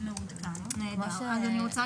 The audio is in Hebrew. אני רוצה